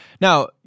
Now